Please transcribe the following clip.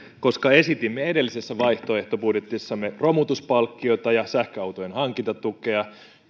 koska esitimme edellisessä vaihtoehtobudjetissamme romutuspalkkiota ja sähköautojen hankintatukea